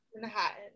Manhattan